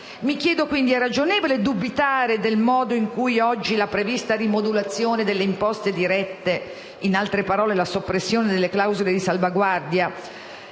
Mi chiedo: è ragionevole dubitare del modo in cui oggi la prevista rimodulazione delle imposte indirette (in altre parole la soppressione delle clausole di salvaguardia)